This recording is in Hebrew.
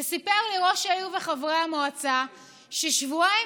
וסיפרו לי ראש העיר וחברי המועצה ששבועיים